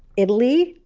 italy.